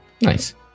Nice